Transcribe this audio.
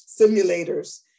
simulators